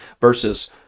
versus